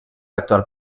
actual